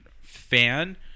fan